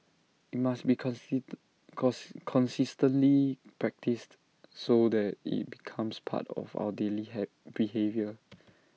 IT must be consistently practised so that IT becomes part of our daily behaviour